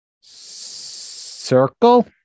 Circle